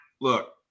Look